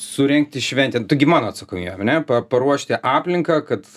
surengti šventę taigi mano atsakomybė ane paruošti aplinką kad